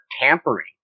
tampering